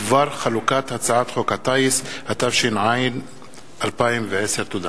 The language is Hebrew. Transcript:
בדבר חלוקת הצעת חוק הטיס, התש"ע 2010. תודה.